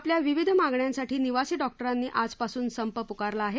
आपल्या विविध मागण्यासाठी निवासी डॉक्टरांनी आजपासून संप पुकरला आहे